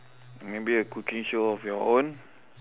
maybe a cooking show of your own